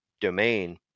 domain